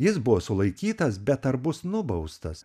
jis buvo sulaikytas bet ar bus nubaustas